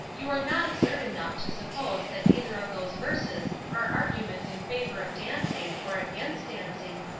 you are not absurd enough to suppose that either of those verses are arguments in favor of dancing, or against dancing,